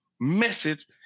message